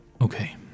Okay